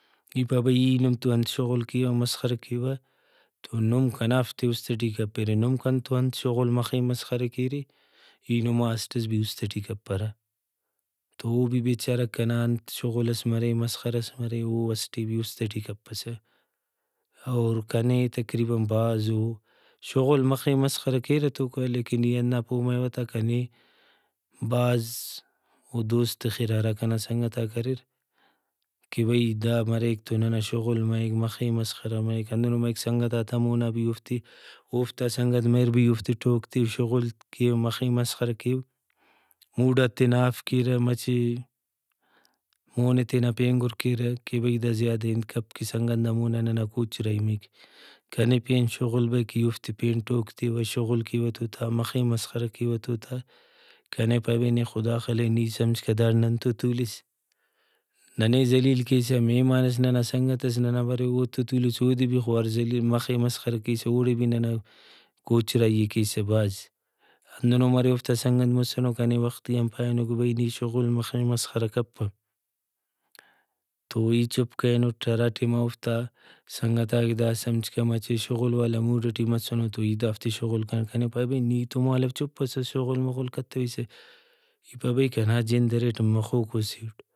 ای پاو بھئی ای نم تو انت شغل کیوہ مسخرہ کیوہ تو نم کنافتے اُست ٹی کپیرے نم کنتو انت شغل مخے مسخرہ کیرے ای نما اسٹ ئس بھی اُست ٹی کپرہ ۔تو او بھی بیچارہ غاک کنا انت شغل ئس مرے مسخرہ ئس مرے او اسٹ ئے بھی اُست ٹی کپسہ اور کنے تقریباً بھاز او شغل مخے مسخرہ کیرہ توکہ لیکن ای ہندا پہہ مریوہ تا کنے بھاز او دوست تخرہ ہرا کنا سنگتاک اریر کہ بھئی داد مریک تو ننا شغل مریک مخے مسخرہ مریک ہندنو مریک سنگتاتامونا بھی اوفتے اوفتا سنگت مریر بھی اوفتے ٹوک تیوہ شغل کیوہ مخے مسخرہ کیو موڈات تینا آف کیرہ مچہ مونے تینا پینگر کیرہ کہ بھئی دا زیادہ انت کپ کہ سنگت نا مونا ننا کوچرائی مریک۔ کنے پین شغل بریک ای اوفتے پین ٹوک تیوہ شغل کیوہ تو تا مخے مسخرہ کیوہ توتا کنے پائے بھئی نے خدا خلے نی سمجھکہ داڑے ننتو تولس ننے زلیل کیسہ مہمان ئس ننا سنگتس ننا برے او تو تولسہ اودے بھی خوار زلیل مخے مسخرہ کیسہ اوڑے بھی ننا کوچرائی ئے کیسہ بھاز۔ ہندنو ہم ارے اوفتا سنگت مسنو کنے وختی آن پارینو کہ بھئی نی شغل مخے مسخرہ کپہ تو ای چُپ کریٹ ہراٹائما اوفتا سنگتاک دا سمجھکہ مچہ شغل والا موڈ ٹی مسنو تو ای دافتے شغل کرینٹ کنے پائے بھئی نی تو مالو چُپ اسُس شغل مغل کتویسہ ای پاوہ بھئی کنا جند اریٹ مخوکو سے اٹ